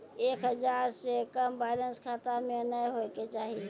एक हजार से कम बैलेंस खाता मे नैय होय के चाही